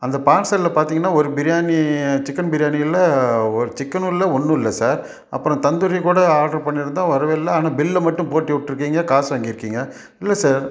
அந்த பார்சலில் பார்த்திங்கன்னா ஒரு பிரியாணி சிக்கன் பிரியாணியில் ஒரு சிக்கனும் இல்லை ஒன்றும் இல்லை சார் அப்புறோம் தந்தூரிக்கூட ஆட்ரு பண்ணியிருந்தோம் வரவே இல்லை ஆனால் பில்லு மட்டும் போட்டு விட்ருக்கீங்க காசு வாங்கியிருக்கீங்க இல்லை சார்